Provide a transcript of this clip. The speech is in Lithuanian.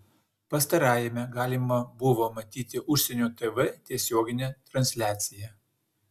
pastarajame galima buvo matyti užsienio tv tiesioginę transliaciją